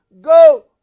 Go